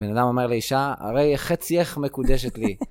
בן אדם אומר לאישה, הרי חצייך מקודשת לי.